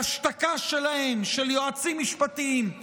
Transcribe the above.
בהשתקה שלהם, של יועצים משפטיים,